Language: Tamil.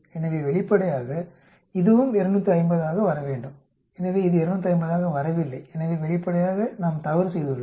எனவே வெளிப்படையாக இதுவும் 250 ஆக வர வேண்டும் எனவே இது 250 ஆக வரவில்லை எனவே வெளிப்படையாக நாம் தவறு செய்துள்ளோம்